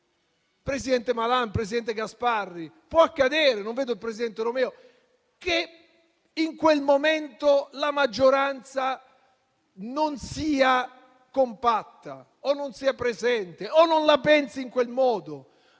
Presidente Malan, presidente Gasparri (non vedo il presidente Romeo), può accadere che in quel momento la maggioranza non sia compatta, non sia presente o non la pensi in quel modo,